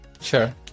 Sure